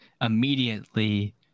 immediately